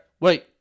wait